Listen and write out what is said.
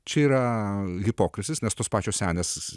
čia yra hipokrasis nes tos pačios senės